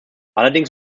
allerdings